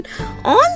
On